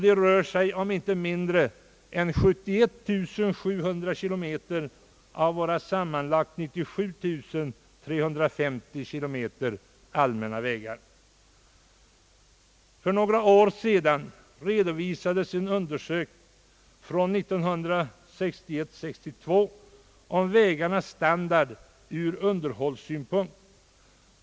Det rör sig om inte mindre än 71 700 km av sammanlagt 97 350 km allmänna vägar. För några år sedan redovisades en undersökning från 1961/62 om vägarnas standard ur underhållssyrpunkt.